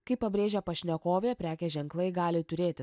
kaip pabrėžia pašnekovė prekės ženklai gali turėti